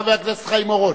חבר הכנסת חיים אורון.